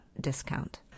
discount